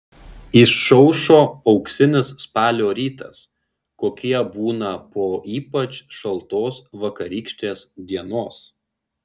išaušo auksinis spalio rytas kokie būna po ypač šaltos vakarykštės dienos